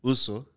Uso